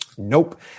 Nope